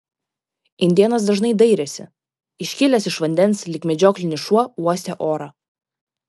indėnas dažnai dairėsi iškilęs iš vandens lyg medžioklinis šuo uostė orą